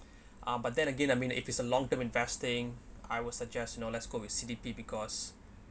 uh but then again I mean if it's a long term investing I will suggest you know let's go with C_D_P because